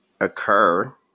occur